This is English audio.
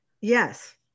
Yes